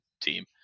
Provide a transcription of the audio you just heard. team